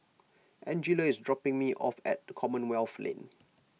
Angella is dropping me off at Commonwealth Lane